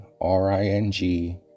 R-I-N-G